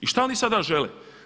I šta oni sada žele?